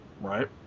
right